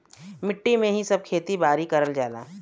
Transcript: मट्टी में ही सब खेती बारी करल जाला